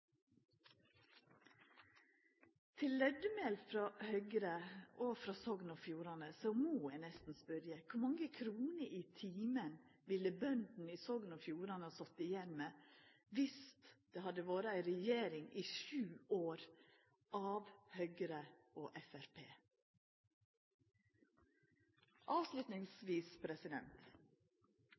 Til Lødemel, frå Høgre og Sogn og Fjordane, må eg nesten spørje: Kor mange kroner i timen ville bøndene i Sogn og Fjordane ha sete igjen med viss det hadde vore ei regjering med Høgre og Framstegspartiet i sju år?